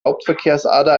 hauptverkehrsader